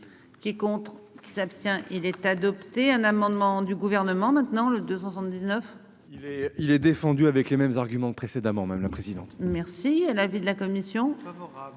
qui s'abstient. Il est adopté un amendement du gouvernement maintenant le de 79. Il est défendu avec les mêmes arguments que précédemment. Madame la présidente. Merci à l'avis de la commission. Favorable